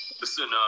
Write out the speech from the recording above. Listen